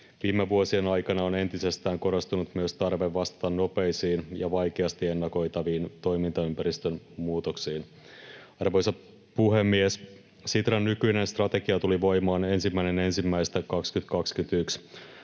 Viime vuosien aikana on entisestään korostunut myös tarve vastata nopeisiin ja vaikeasti ennakoitaviin toimintaympäristön muutoksiin. Arvoisa puhemies! Sitran nykyinen strategia tuli voimaan 1.1.2021.